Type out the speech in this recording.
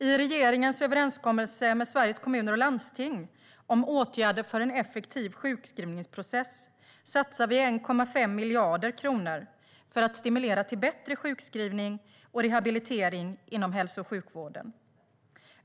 I regeringens överenskommelse med Sveriges Kommuner och Landsting om åtgärder för en effektiv sjukskrivningsprocess satsar vi 1,5 miljarder kronor för att stimulera bättre sjukskrivning och rehabilitering inom hälso och sjukvården.